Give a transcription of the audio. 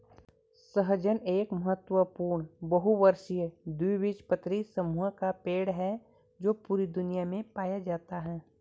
सहजन एक बहुत महत्वपूर्ण बहुवर्षीय द्विबीजपत्री समूह का पेड़ है जो पूरी दुनिया में पाया जाता है